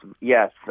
Yes